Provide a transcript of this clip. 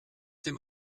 dem